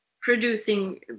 producing